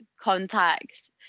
contacts